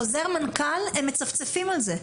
חוזר מנכ"ל, הם מצפצפים על זה.